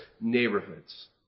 neighborhoods